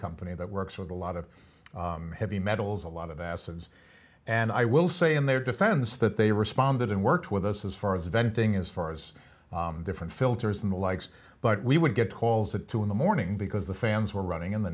company that works with a lot of heavy metals a lot of acids and i will say in their defense that they responded and worked with us as far as venting as far as different filters and the likes but we would get calls at two in the morning because the fans were running in the